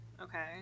okay